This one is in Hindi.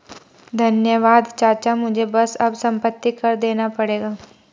धन्यवाद चाचा मुझे बस अब संपत्ति कर देना पड़ेगा